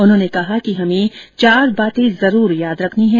उन्होंने कहा कि हमें चार बातें जरूर याद रखनी है